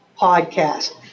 podcast